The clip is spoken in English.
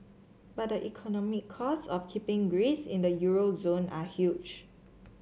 but the economic cost of keeping Greece in the euro zone are huge